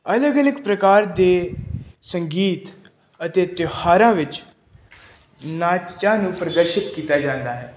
ਅਲੱਗ ਅਲੱਗ ਪ੍ਰਕਾਰ ਦੇ ਸੰਗੀਤ ਅਤੇ ਤਿਉਹਾਰਾਂ ਵਿੱਚ ਨਾਚਾਂ ਨੂੰ ਪ੍ਰਦਰਸ਼ਿਤ ਕੀਤਾ ਜਾਂਦਾ ਹੈ